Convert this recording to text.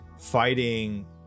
fighting